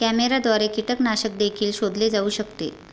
कॅमेऱ्याद्वारे कीटकनाशक देखील शोधले जाऊ शकते